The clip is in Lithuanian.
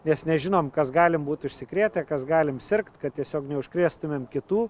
nes nežinom kas galim būt užsikrėtę kas galim sirgt kad tiesiog neužkrėstumėm kitų